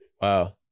Wow